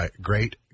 great